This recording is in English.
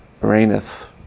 reigneth